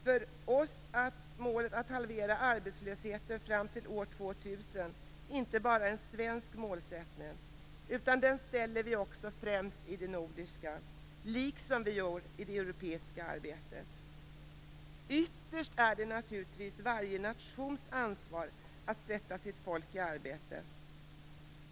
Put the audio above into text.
För oss är målet att halvera arbetslösheten fram till år 2000 inte bara en svensk målsättning. Det målet sätter vi också främst i det nordiska arbetet liksom vi gjort det i det europeiska arbetet. Ytterst är det varje nations ansvar att sätta sitt folk i arbete.